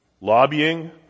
Lobbying